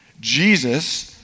Jesus